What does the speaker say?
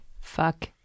Fuck